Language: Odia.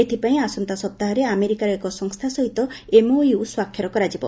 ଏଥପାଇଁ ଆସନ୍ତା ସପ୍ତାହରେ ଆମେରିକାର ଏକ ସଂସ୍ତା ସହିତ ଏମଓୟୁ ସ୍ୱାକ୍ଷର କରାଯବ